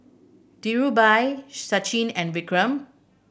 Dhirubhai Sachin and Vikram